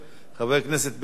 חבר הכנסת בן-ארי.